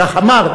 וכך אמר,